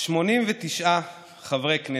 89 חברי כנסת,